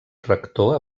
rector